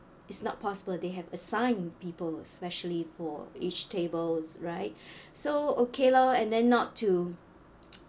it's not possible they have assigned people especially for each tables right so okay lor and then not to